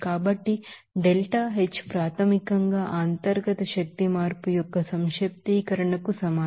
కాబట్టి delta H ప్రాథమికంగా internal energy change యొక్క ఈక్వేషన్ కు సమానం